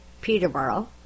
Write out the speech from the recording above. peterborough